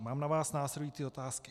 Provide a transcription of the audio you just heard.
Mám na vás následující otázky.